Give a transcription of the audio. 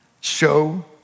Show